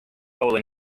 role